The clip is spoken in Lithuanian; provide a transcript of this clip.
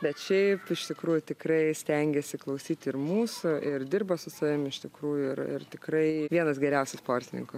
bet šiaip iš tikrųjų tikrai stengiasi klausyt ir mūsų ir dirba su savim iš tikrųjų ir ir tikrai vienas geriausių sportininkų